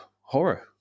horror